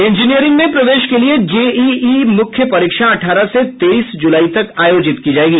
engineering में प्रवेश के लिए जे ई ई मुख्य परीक्षा अठारह से तेईस जुलाई तक आयोजित की जायेंगी